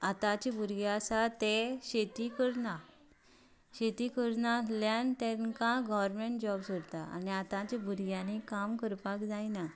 आतांचे भुरगे आसा ते शेती करना शेती करनाशिल्ल्यान तांका गव्हरमेंट जॉब सोदता आनी आतांचे भुरग्यांनी काम करपाक जायना